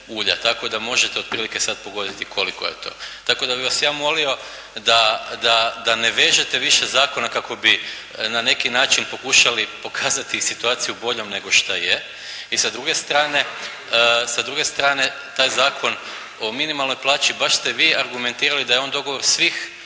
tako da možete otprilike sad pogoditi koliko je to. Tako da bih vas ja molio da ne vežete više zakona kako bi na neki način pokušali pokazati situaciju boljom nego što je i sa druge strane, taj Zakon o minimalnoj plaći, baš ste vi argumentirali da je on dogovor svih